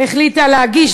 החליטה להגיש,